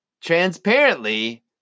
Transparently